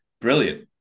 Brilliant